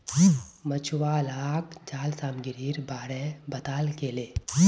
मछुवालाक जाल सामग्रीर बारे बताल गेले